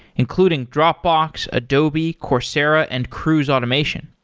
including dropbox, adobe, coursera and cruise automation.